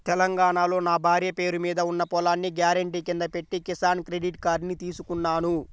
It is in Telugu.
తెలంగాణాలో నా భార్య పేరు మీద ఉన్న పొలాన్ని గ్యారెంటీ కింద పెట్టి కిసాన్ క్రెడిట్ కార్డుని తీసుకున్నాను